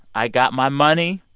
i got my money.